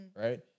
right